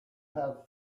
have